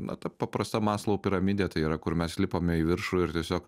na ta paprasta maslovo piramidė tai yra kur mes lipame į viršų ir tiesiog